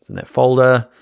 that folder.